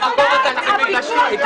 לא קיבלתי תשובה.